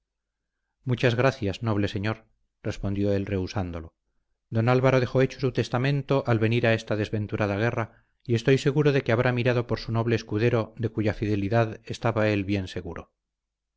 muchas gracias noble señor respondió él rehusándolo don álvaro dejó hecho su testamento al venir a esta desventurada guerra y estoy seguro de que habrá mirado por su pobre escudero de cuya fidelidad estaba él bien seguro